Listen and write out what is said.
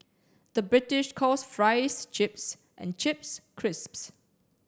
the British calls fries chips and chips crisps